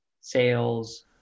sales